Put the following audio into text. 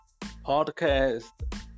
podcast